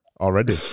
already